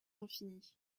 infinie